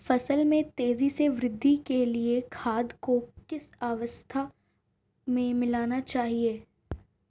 फसल में तेज़ी से वृद्धि के लिए खाद को किस अवस्था में मिलाना चाहिए?